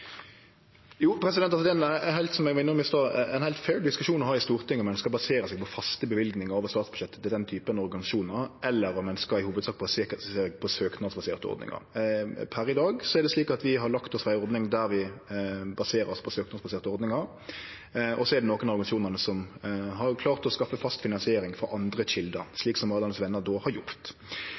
som eg var innom i stad – det er ein heilt fair diskusjon å ha i Stortinget om ein skal basere seg på faste løyvingar over statsbudsjettet til den typen organisasjonar, eller om ein i hovudsak skal ha søknadsbaserte ordningar. Per i dag er det slik at vi har lagt oss på ei ordning der vi har søknadsbaserte ordningar, og så er det nokre av organisasjonane som har klart å skaffe fast finansiering frå andre kjelder, slik som Maridalens Venner har gjort.